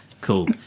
cool